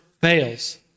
fails